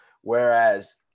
Whereas